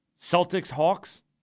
Celtics-Hawks